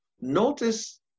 Notice